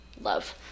love